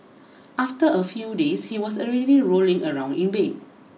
after a few days he was already rolling around in bed